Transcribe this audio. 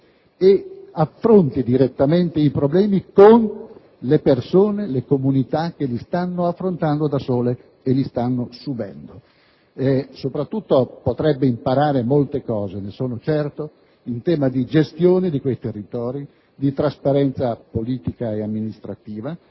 e affrontando direttamente questi problemi con le persone e le comunità che li stanno fronteggiando e li subiscono da soli. Inoltre, potrebbe imparare molte cose - ne sono certo - in tema di gestione di quei territori, di trasparenza politica e amministrativa,